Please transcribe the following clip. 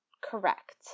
Correct